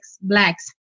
Blacks